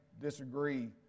disagree